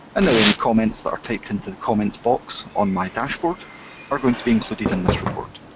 and now any comments that are typed into the comments box on my dashboard are going to be included in this report.